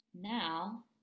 Now